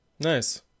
Nice